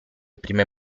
prime